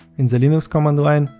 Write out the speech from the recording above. in the linux command line,